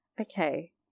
Okay